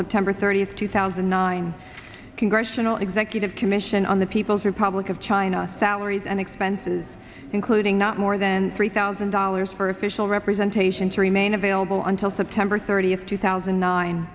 september thirtieth two thousand and nine congressional executive commission on the people's republic of china salaries and expenses including not more than three thousand dollars for official representation to remain available until september thirtieth two thousand